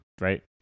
right